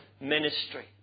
ministry